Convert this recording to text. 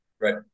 Right